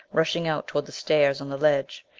rushing out toward the stairs on the ledge.